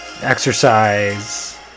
exercise